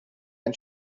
ein